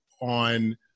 on